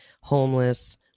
homeless